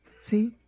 See